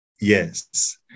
Yes